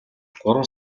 гурван